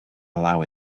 allow